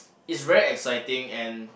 it's very exciting and